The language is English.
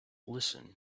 listen